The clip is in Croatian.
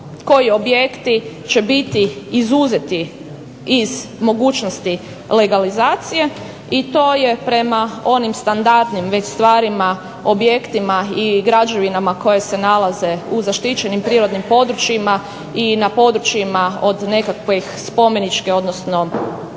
koji objekti će biti izuzeti iz mogućnosti legalizacije i to je prema onim standardnim već stvarima, objektima i građevinama koje se nalaze u zaštićenim prirodnim područjima i na područjima od nekakvih kulturnih cjelina,